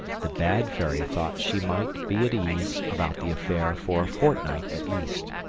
the bad fairy thought she might be at ease about the affair for a fortnight at least,